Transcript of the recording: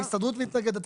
ההסתדרות מתנגדת,